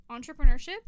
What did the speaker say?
Entrepreneurship